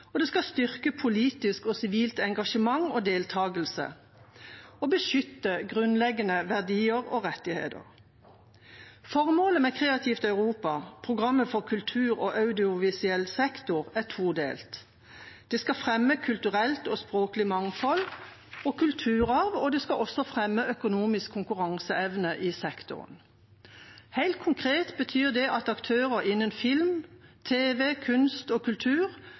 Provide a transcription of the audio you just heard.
og mangfold, og det skal styrke politisk og sivilt engasjement og deltakelse og beskytte grunnleggende verdier og rettigheter. Formålet med Kreativt Europa, EUs program for kultur og audiovisuell sektor, er todelt: Det skal fremme kulturelt og språklig mangfold og kulturarv, og det skal også fremme økonomisk konkurranseevne i sektoren. Helt konkret betyr det at aktører innen film, tv, kunst og kultur